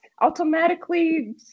automatically